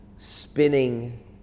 spinning